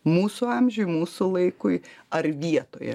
mūsų amžiui mūsų laikui ar vietoje